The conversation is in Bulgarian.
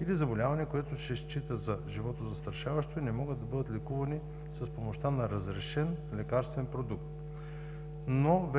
или заболяване, което се счита за животозастрашаващо, и не могат да бъдат лекувани с помощта на разрешен лекарствен продукт.